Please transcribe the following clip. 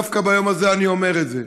דווקא ביום הזה אני אומר את זה: